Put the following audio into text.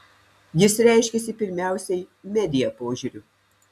jis reiškiasi pirmiausiai media požiūriu